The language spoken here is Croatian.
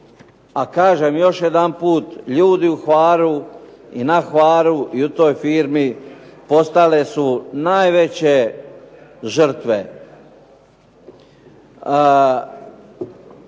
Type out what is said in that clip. A kažem još jedanput ljudi u Hvaru i na Hvaru i u toj firmi postale su najveće žrtve.